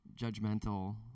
judgmental